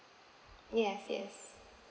yes yes